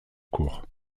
cours